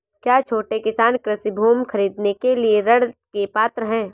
क्या छोटे किसान कृषि भूमि खरीदने के लिए ऋण के पात्र हैं?